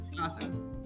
awesome